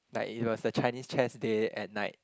like it was the Chinese chess day at night